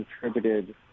contributed